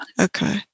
Okay